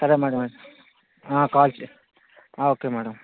సరే మ్యాడమ్ అయితే కాల్ చెయ్యి ఓకే మ్యాడమ్